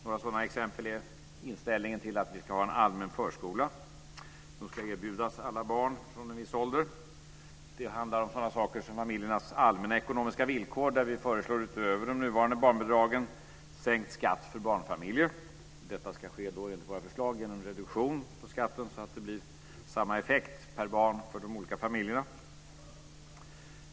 Några sådana exempel är inställningen till att ha en allmän förskola som ska erbjudas alla barn från en viss ålder. Det handlar om familjernas allmänna ekonomiska villkor, där vi föreslår utöver de nuvarande barnbidragen sänkt skatt för barnfamiljer. Det ska ske enligt våra förslag genom reduktion på skatten så att det blir samma effekt per barn för de olika familjerna.